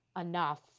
enough